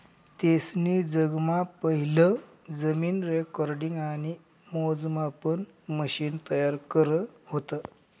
तेसनी जगमा पहिलं जमीन रेकॉर्डिंग आणि मोजमापन मशिन तयार करं व्हतं